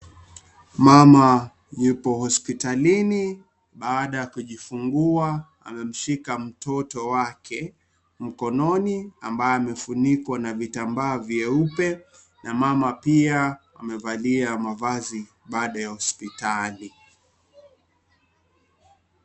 Mama yupo hospitalini baada ya kujifungua. Amemshika mtoto wake mkononi, ambaye amefunikwa na vitambaa vyeupe na mama pia amevalia mavazi baada ya hospitali.